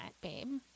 babe